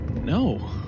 No